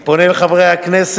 אני פונה אל חברי הכנסת,